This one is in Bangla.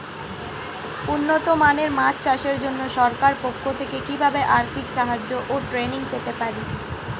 উন্নত মানের মাছ চাষের জন্য সরকার পক্ষ থেকে কিভাবে আর্থিক সাহায্য ও ট্রেনিং পেতে পারি?